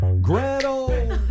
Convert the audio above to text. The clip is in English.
Gretel